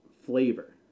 flavor